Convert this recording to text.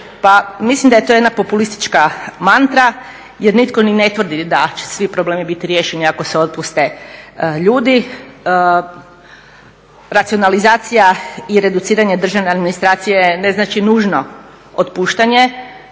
mislim da je to jedna populistička mantra jer nitko ni ne tvrdi da će svi problemi biti riješeni ako se otpuste ljudi. Racionalizacija i reduciranje državne administracije ne znači nužno otpuštanje